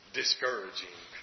discouraging